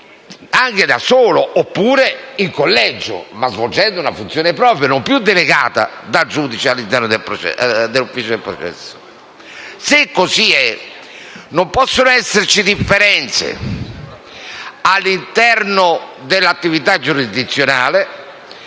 anche da solo, oppure in collegio, e quindi una funzione propria, non più delegata dal giudice all'interno dell'ufficio del processo. Se così è, non possono esservi differenze all'interno dell'attività giurisdizionale,